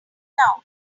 town